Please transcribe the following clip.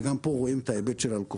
וגם פה רואים את ההיבט של הלקוחות.